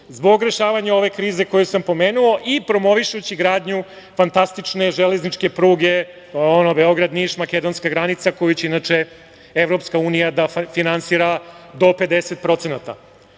zbog rešavanja ove krize koju sam pomenuo i promovišući gradnju fantastične železničke pruge Beograd-Niš-makedonska granica, koju će inače EU da finansira do 50%.Potom